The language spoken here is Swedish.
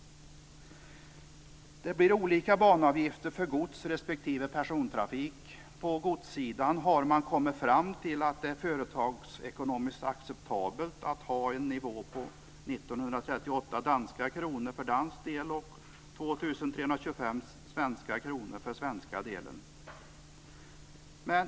Det blir olika banavgifter för gods respektive persontrafik.